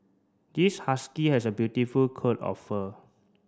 this husky has a beautiful coat of fur